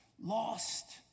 lost